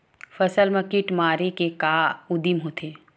फसल मा कीट मारे के का उदिम होथे?